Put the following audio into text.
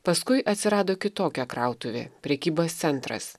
paskui atsirado kitokia krautuvė prekybos centras